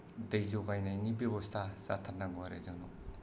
दै जगायनायनि बेब'स्था जाथारनांगौ आरो जोंनाव